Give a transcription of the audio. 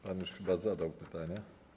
Pan już chyba zadał pytanie?